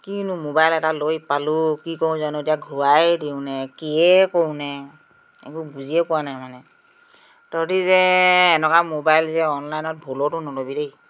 কিনো মোবাইল এটা লৈ পালোঁ কি কৰোঁ জানো এতিয়া ঘূৰায়ে দিওঁনে কিয়ে কৰোঁনে একো বুজিয়ে পোৱা নাই তহঁতি যে এনেকুৱা মোবাইল যে অনলাইনত ভুলতো নলবি দেই